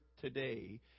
today